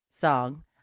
song